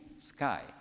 sky